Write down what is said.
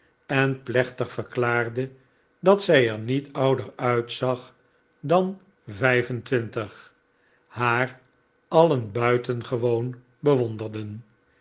en plechtig verklaarde dat zij er niet ouder uitzag dan vijf en twintig haar alien buitengewoon bewonderden